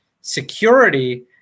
security